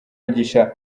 yigisha